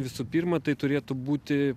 visų pirma tai turėtų būti